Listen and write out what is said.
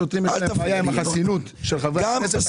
לשוטרים יש בעיה עם חסינות חברי הכנסת.